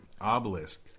obelisk